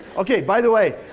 okay, by the way,